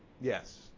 Yes